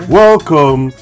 welcome